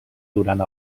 durant